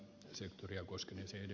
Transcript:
herra puhemies